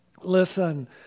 listen